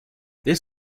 this